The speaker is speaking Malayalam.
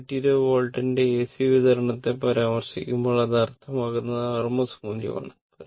220 വോൾട്ടിന്റെ എസി വിതരണത്തെ പരാമർശിക്കുമ്പോൾ അത് അർത്ഥമാക്കുന്നത് RMS മൂല്യമാണ്